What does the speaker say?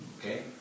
okay